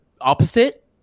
opposite